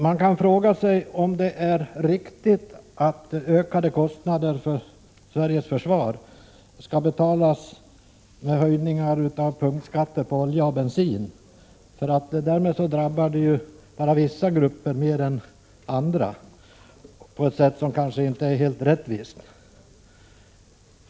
Man kan fråga sig om det är riktigt att ökade kostnader för Sveriges försvar skall betalas med höjningar av punktskatter på olja och bensin, för det drabbar ju bara vissa grupper på ett sätt som kanske inte är helt rättvist.